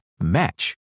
match